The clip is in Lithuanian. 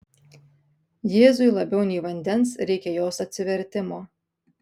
jėzui labiau nei vandens reikia jos atsivertimo